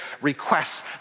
requests